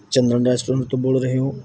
ਚੰਦਨ restaurant ਤੋਂ ਬੋਲ ਰਹੇ ਹੋ